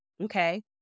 Okay